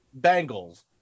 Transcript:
Bengals